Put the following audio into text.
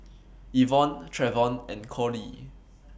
Evonne Travon and Cordie